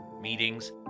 meetings